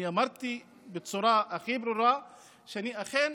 אני אמרתי בצורה הכי ברורה שאני אכן